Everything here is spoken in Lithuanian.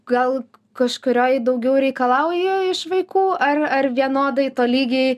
gal kažkurioj daugiau reikalauja iš vaikų ar ar vienodai tolygiai